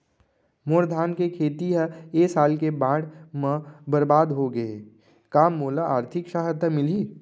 मोर धान के खेती ह ए साल के बाढ़ म बरबाद हो गे हे का मोला आर्थिक सहायता मिलही?